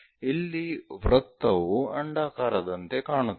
ಇಲ್ಲಿ ವೃತ್ತವು ಅಂಡಾಕಾರದಂತೆ ಕಾಣುತ್ತದೆ